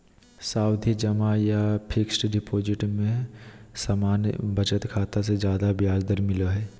सावधि जमा या फिक्स्ड डिपाजिट में सामान्य बचत खाता से ज्यादे ब्याज दर मिलय हय